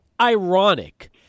ironic